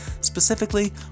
Specifically